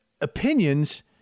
opinions